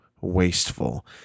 wasteful